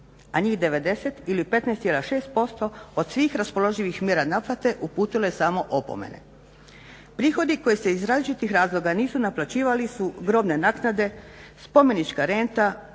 a njih 90 ili 15,6% od svih raspoloživih mjera naplate uputilo je samo opomene. Prihodi koji se iz različitih razloga nisu naplaćivali su grobne naknade, spomenička renta,